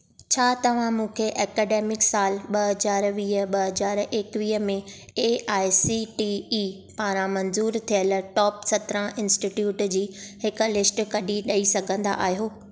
छा तव्हां मूंखे ऐकडेमिक साल ॿ हज़ार वीह ॿ हज़ार एकवीह में A I C T E पारां मंज़ूर थियल टोप सत्रंह इन्स्टिटियूट जी हिक लिस्ट कढी ॾई सघंदा आहियो